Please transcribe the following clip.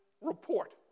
report